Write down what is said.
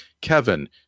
kevin